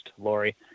Lori